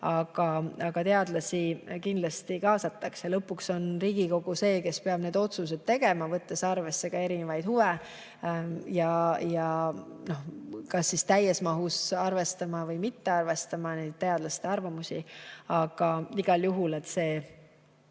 aga teadlasi kindlasti kaasatakse. Lõpuks on Riigikogu see, kes peab need otsused tegema, võttes arvesse ka erinevaid huve, ja kas täies mahus arvestama või mitte arvestama teadlaste arvamusi. Aga igal juhul peaks see